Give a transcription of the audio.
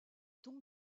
tombe